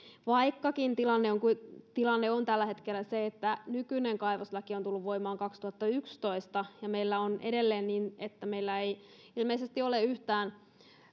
vaikkakin tilanne on tällä hetkellä se että nykyinen kaivoslaki on tullut voimaan kaksituhattayksitoista ja meillä on edelleen niin että meillä ei ilmeisesti ole tällä hetkellä yhtään